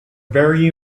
very